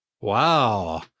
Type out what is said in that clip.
Wow